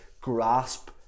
grasp